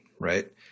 right